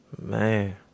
Man